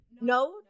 No